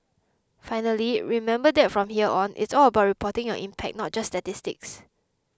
finally remember that from here on it's all about reporting your impact not just statistics